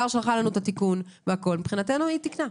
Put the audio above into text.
שלחו לנו תיקון ומבחינתנו זה תוקן.